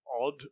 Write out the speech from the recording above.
Odd